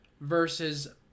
versus